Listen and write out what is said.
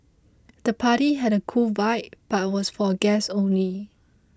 the party had a cool vibe but was for guests only